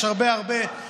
יש הרבה דברים: